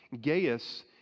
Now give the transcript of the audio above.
Gaius